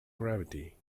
gravity